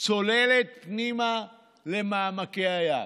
צוללת פנימה למעמקי הים.